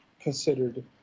considered